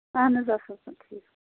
اہن حظ اَصٕل پٲٹھۍ ٹھیٖک پٲٹھۍ